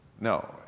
no